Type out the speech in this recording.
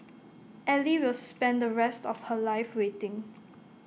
ally will spend the rest of her life waiting